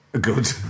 Good